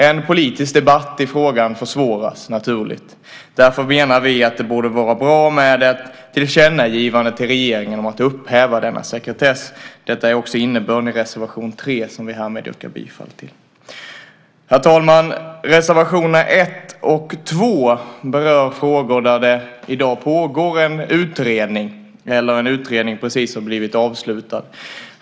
En politisk debatt i frågan försvåras naturligt. Därför menar vi att det borde vara bra med ett tillkännagivande till regeringen om att upphäva denna sekretess. Detta är också innebörden i reservation 3, som jag härmed yrkar bifall till. Herr talman! Reservationerna 1 och 2 berör frågor där det i dag pågår en utredning eller en utredning precis har blivit avslutad.